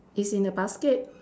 it's in a basket